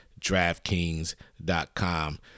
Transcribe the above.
DraftKings.com